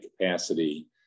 capacity